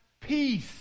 peace